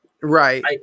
Right